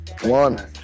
one